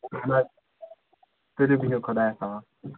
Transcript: اہن حظ تُلِو بیٚہو خۄدایَس حَوالہٕ